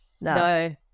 no